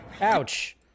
Ouch